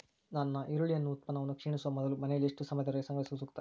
ನನ್ನ ಈರುಳ್ಳಿ ಉತ್ಪನ್ನವು ಕ್ಷೇಣಿಸುವ ಮೊದಲು ಮನೆಯಲ್ಲಿ ಎಷ್ಟು ಸಮಯದವರೆಗೆ ಸಂಗ್ರಹಿಸುವುದು ಸೂಕ್ತ?